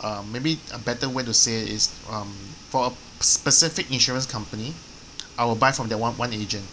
uh maybe a better way to say it is um for a specific insurance company I will buy from that one one agent